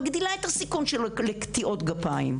מגדילה את הסיכון שלו לקטיעות גפיים,